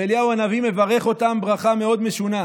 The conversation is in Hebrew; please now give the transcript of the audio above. ואליהו הנביא מברך אותם ברכה מאוד משונה: